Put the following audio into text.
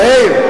מאיר,